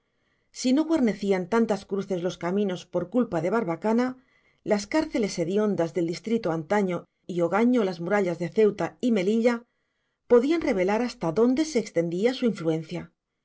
si no guarnecían tantas cruces los caminos por culpa de barbacana las cárceles hediondas del distrito antaño y hogaño las murallas de ceuta y melilla podían revelar hasta dónde se extendía su influencia